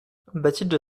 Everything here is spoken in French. bathilde